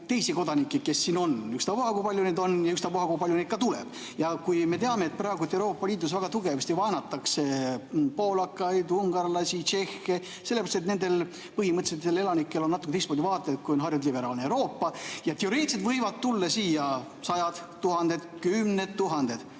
teisi kodanikke, kes siin on – ükstapuha, kui palju neid on, ja ükstapuha, kui palju neid tuleb. Me teame, et praegu Euroopa Liidus väga tugevasti vaenatakse poolakaid, ungarlasi, tšehhe sellepärast, et põhimõtteliselt nendel elanikel on natuke teistmoodi vaated, kui on harjunud liberaalne Euroopa. Teoreetilised võivad tulla siia sajad, tuhanded, kümned tuhanded